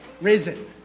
Risen